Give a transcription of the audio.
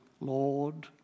Lord